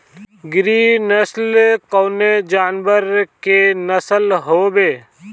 गिरी नश्ल कवने जानवर के नस्ल हयुवे?